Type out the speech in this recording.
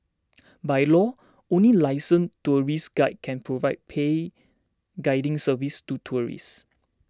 by law only licensed tourist guides can provide paid guiding services to tourists